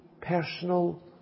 personal